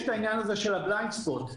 יש את העניין הזה של ה-BLIND SPOT,